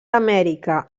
amèrica